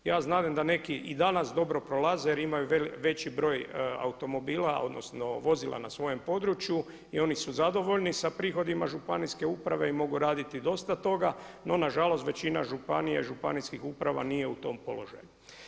Ja znadem da neki i danas dobro prolaze jer imaju veći broj automobila odnosno vozila na svojem području i oni su zadovoljni sa prihodima županijske uprave i mogu raditi dosta toga, no nažalost većina županija i županijskih uprava nije u tom položaju.